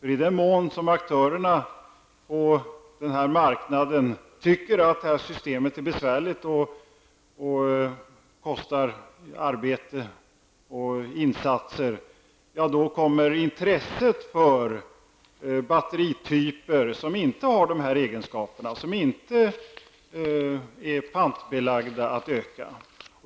I den mån som aktörerna på den här marknaden tycker att detta system är besvärligt och kostar arbetsinsatser, kommer intresset för batterityper som inte har dessa egenskaper och som inte är pantbelagda att öka.